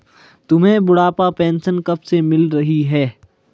तुम्हें बुढ़ापा पेंशन कब से मिल रही है?